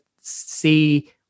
see